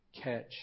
Catch